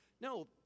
no